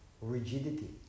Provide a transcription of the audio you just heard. rigidity